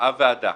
-- שקבעה ועדה,